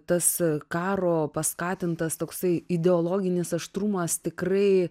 tas karo paskatintas toksai ideologinis aštrumas tikrai